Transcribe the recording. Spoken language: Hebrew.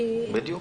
בדיוק.